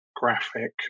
graphic